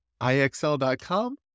IXL.com